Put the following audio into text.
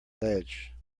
ledge